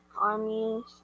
armies